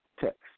text